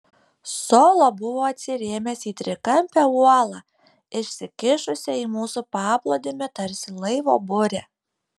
solo buvo atsirėmęs į trikampę uolą išsikišusią į mūsų paplūdimį tarsi laivo burė